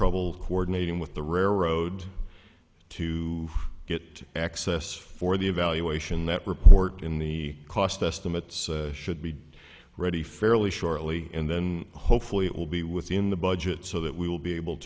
trouble coordinating with the railroad to get access for the evaluation that report in the cost estimates should be ready fairly shortly and then hopefully it will be within the budget so that we will be able